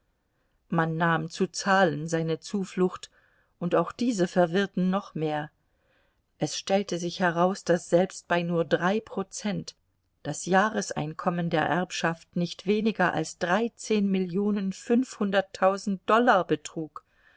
man nahm zu zahlen seine zuflucht und auch diese verwirrten noch mehr es stellte sich heraus daß selbst bei nur drei prozent das jahreseinkommen der erbschaft nicht weniger als dreizehn millionen fünfhunderttausend dollar betrug